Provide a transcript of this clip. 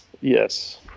Yes